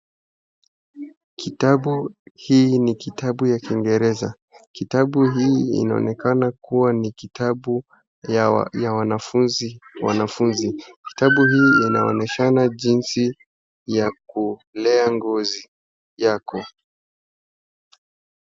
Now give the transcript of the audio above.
Kitabu hii ni kitabu ya kiingereza, kitabu hii inaonekana kuwa ni kitabu ya wanafunzi wanafunzi. Kitabu hii inaonyeshana jinsi ya kulea ngozi yako.